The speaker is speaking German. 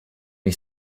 ich